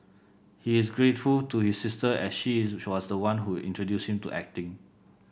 he is grateful to his sister as she was the one who introduced him to acting